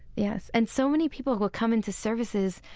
yes. and so many people who will come into services,